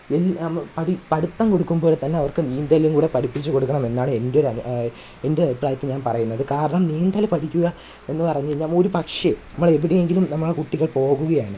പഠിത്തം പഠിത്തം കൊടുക്കും പോലെ തന്നെ അവര്ക്ക് നീന്തലും കൂടി പഠിപ്പിച്ച് കൊടുക്കണമെന്നാണ് എൻ്റെ ഒരു എന്റെ അഭിപ്രായത്തിൽ ഞാന് പറയുന്നത് കാരണം നീന്തൽ പഠിക്കുക എന്ന് പറഞ്ഞ് കഴിഞ്ഞാൽ ഒരു പക്ഷെ നമ്മൾ എവിടെയെങ്കിലും നമ്മുടെ കുട്ടിക്കള് പോവുകയാണ്